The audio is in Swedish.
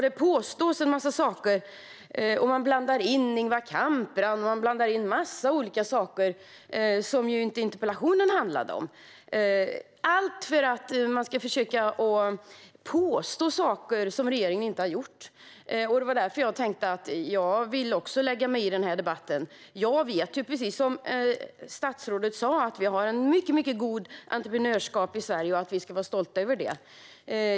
Det påstås en massa saker, och man blandar in Ingvar Kamprad och en mängd olika saker som interpellationen inte handlade om - allt för att försöka påstå saker som regeringen inte har gjort. Det var därför jag också ville lägga mig i denna debatt. Jag vet att vi, precis som statsrådet sa, har ett mycket gott entreprenörskap i Sverige och att vi ska vara stolta över det.